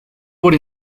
por